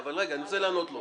רגע, אני רוצה לענות לו.